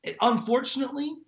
unfortunately